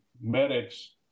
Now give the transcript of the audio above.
medics